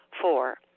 Four